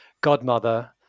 Godmother